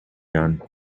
gun